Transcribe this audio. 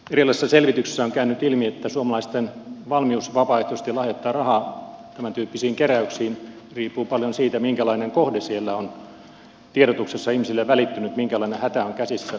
erilaisissa selvityksissä on käynyt ilmi että suomalaisten valmius vapaaehtoisesti lahjoittaa rahaa tämäntyyppisiin keräyksiin riippuu paljon siitä minkälainen kohde siellä on mitä tiedotuksesta ihmisille on välittynyt minkälainen hätä on käsissä